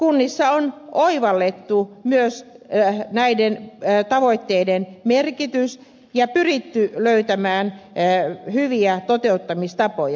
kunnissa on oivallettu myös näiden tavoitteiden merkitys ja pyritty löytämään hyviä toteuttamistapoja